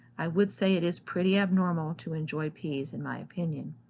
i would say it is pretty abnormal to enjoy peas in my opinion!